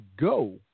go